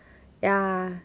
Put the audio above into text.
ya